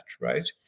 right